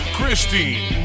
Christine